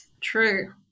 true